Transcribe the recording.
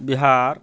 Bihar